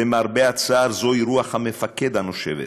למרבה הצער, זוהי רוח המפקד הנושבת,